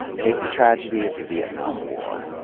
take the tragedy of the vietnam war.